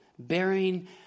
Bearing